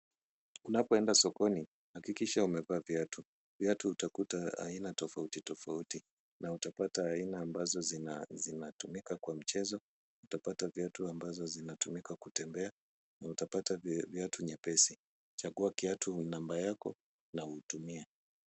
Unapoenda sokoni hakikisha umevaa viatu. Viatu utakuta aina tofauti tofauti na utapata aina ambazo zinatumika kwa michezo, utapata viatu ambazo zinatumika kutembea na utapata viatu nyepesi. Chagua kiatu namba yako na utumie.